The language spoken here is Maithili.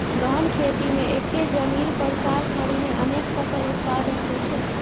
गहन खेती मे एक्के जमीन पर साल भरि मे अनेक फसल उत्पादन होइ छै